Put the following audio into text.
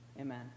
Amen